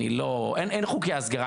אין חוקי הסגרה,